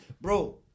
Bro